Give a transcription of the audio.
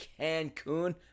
Cancun